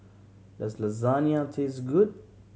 does Lasagne taste good